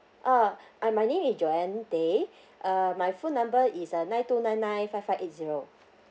oh uh my name is joan day uh my phone number is uh nine two nine nine five five eight zero